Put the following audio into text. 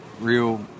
real